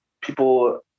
people